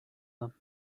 them